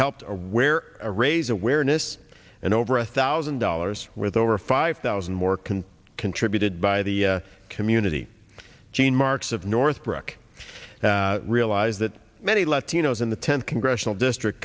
helped to wear or raise awareness and over a thousand dollars with over five thousand more can contributed by the community gene marks of northbrook realize that many latinos in the tenth congressional district